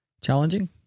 challenging